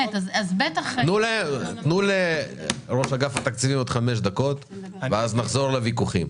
תנו לראש אגף התקציבים עוד חמש דקות ואז נחזור לוויכוחים.